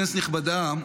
כנסת נכבדה,